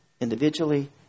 individually